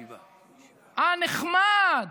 הנחמד,